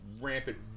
rampant